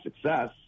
success